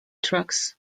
trucks